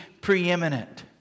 preeminent